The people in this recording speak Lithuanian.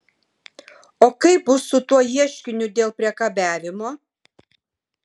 o kaip bus su tuo ieškiniu dėl priekabiavimo